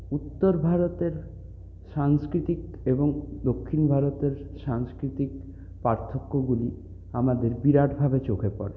উত্তর ভারতের সাংস্কৃতিক এবং দক্ষিণ ভারতের সাংস্কৃতিক পার্থক্যগুলি আমাদের বিরাটভাবে চোখে পড়ে